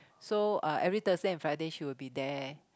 so uh every Thursday and Friday she would be there